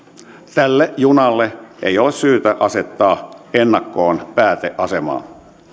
tälle junalle ei ole syytä asettaa ennakkoon pääteasemaa